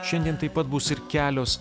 šiandien taip pat bus ir kelios